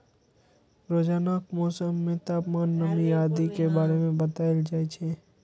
रोजानाक मौसम मे तापमान, नमी आदि के बारे मे बताएल जाए छै